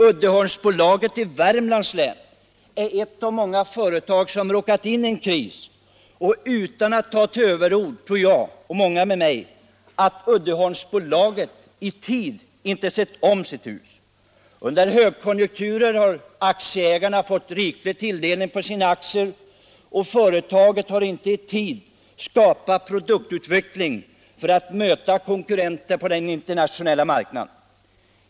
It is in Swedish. Uddeholmsbolaget i Värmlands län är ett av många företag som råkat in i en kris, och utan att ta till överord tror jag och många med mig att Uddeholmsbolaget inte i tid har sett om sitt hus. Under högkonjunkturer har aktieägarna fått riklig tilldelning på sina aktier, och företaget har inte i tid satt i gång produktutveckling för att möta konkurrenter på den internationella marknaden.